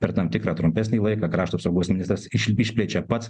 per tam tikrą trumpesnį laiką krašto apsaugos ministras iš išplečia pats